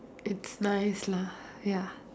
it's nice lah ya